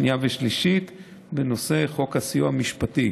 שנייה ושלישית בנושא חוק הסיוע המשפטי.